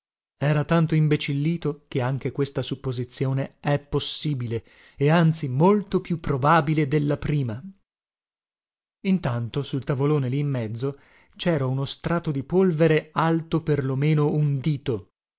era tanto imbecillito che anche questa supposizione è possibile e anzi molto più probabile della prima intanto sul tavolone lì in mezzo cera uno strato di polvere alto per lo meno un dito